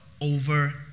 over